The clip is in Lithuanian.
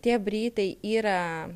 tie britai yra